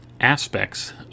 aspects